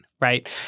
right